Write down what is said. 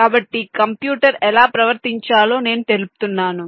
కాబట్టి కంప్యూటర్ ఎలా ప్రవర్తించాలో నేను తెలుపుతున్నాను